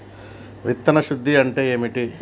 విత్తన శుద్ధి అంటే ఏంటి?